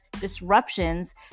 disruptions